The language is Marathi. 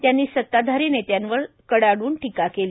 त्यांनी सताधारी नेत्यांवर कडाडून टीका केली